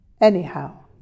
Anyhow